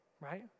right